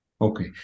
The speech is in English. Okay